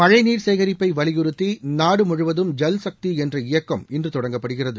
மழைநீர் சேகரிப்பை வலியறுத்தி நாடு முழுவதும் ஜல் சக்தி என்ற இயக்கம் இன்று தொடங்கப்படுகிறது